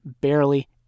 barely